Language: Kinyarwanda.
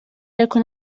ariko